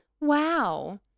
Wow